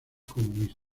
comunista